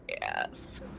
yes